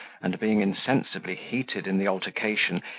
and, being insensibly heated in the altercation,